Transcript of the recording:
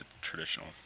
traditional